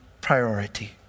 priority